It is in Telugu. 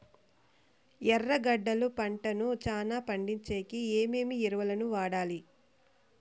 ఎర్రగడ్డలు పంటను చానా పండించేకి ఏమేమి ఎరువులని వాడాలి?